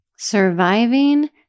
Surviving